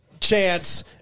Chance